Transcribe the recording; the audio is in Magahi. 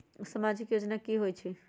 समाजिक योजना की होई छई?